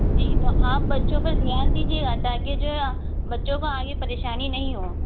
جی تو آپ بچوں پر دھیان دیجیے گا تاکہ جو ہے بچوں کو آگے پریشانی نہیں ہو